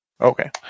Okay